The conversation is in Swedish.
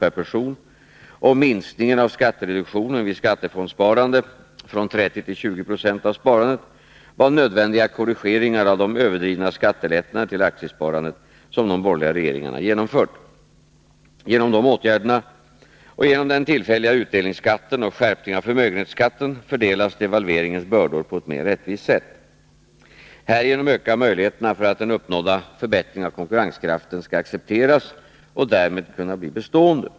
per person och minskningen av skattereduktionen vid skattefondssparande från 30 till 20 26 av sparandet var nödvändiga korrigeringar av de överdrivna skattelättnader till aktiesparandet som de borgerliga regeringarna genomfört. Genom dessa åtgärder och genom den tillfälliga utdelningsskatten och skärpningen av förmögenhetsskatten fördelas devalveringens bördor på ett mer rättvist sätt. Härigenom ökar möjligheterna för att den uppnådda förbättringen av konkurrenskraften skall accepteras och därmed kunna bli bestående.